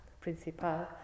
principal